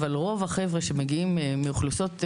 אבל רוב החבר'ה שמגיעים מאוכלוסיות מוחלשות,